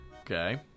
Okay